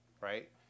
right